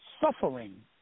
suffering